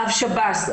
רב שב"ס,